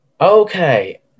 Okay